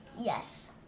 Yes